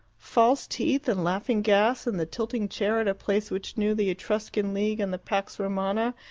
false teeth and laughing gas and the tilting chair at a place which knew the etruscan league, and the pax romana,